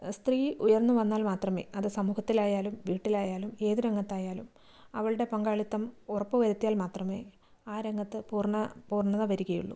സ്ത്രീ ഉയർന്നു വന്നാൽ മാത്രമേ അത് സമൂഹത്തിലായാലും വീട്ടിലായാലും ഏത് രംഗത്തായാലും അവളുടെ പങ്കാളിത്തം ഉറപ്പ് വരുത്തിയാൽ മാത്രമേ ആ രംഗത്ത് പൂർണ്ണ പൂർണ്ണത വരികയുള്ളൂ